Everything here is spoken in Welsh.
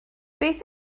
beth